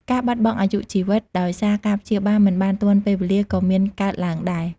ការបាត់បង់អាយុជីវិតដោយសារការព្យាបាលមិនបានទាន់ពេលវេលាក៏មានកើតឡើងដែរ។